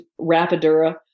rapidura